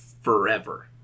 forever